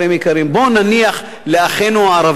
לרגע בואו נניח לאחינו הערבים בצד,